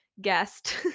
guest